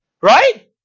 Right